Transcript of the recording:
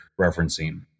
referencing